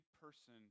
person